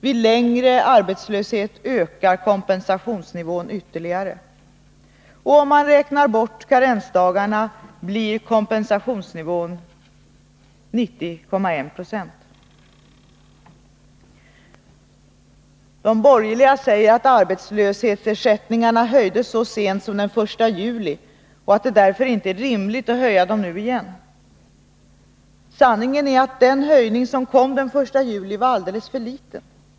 Vid längre arbetslöshet ökar kompensationsnivån ytterligare, och om man räknar bort karensdagarna blir kompensationsnivån 90,1 Z6. De borgerliga säger att arbetslöshetsersättningarna höjdes så sent som den 1 juli och att det därför inte är rimligt att höja dem nu igen. Sanningen är att den höjning som gjordes den 1 juli var alldeles för liten.